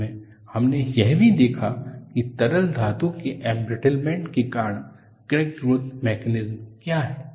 अंत में हमने यह भी देखा कि तरल धातु के एंब्रिटलमेंट के कारण क्रैक ग्रोथ मैकेनिज्म क्या है